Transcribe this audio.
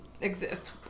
exist